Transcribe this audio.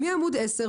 מעמוד 10,